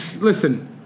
Listen